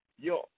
Yo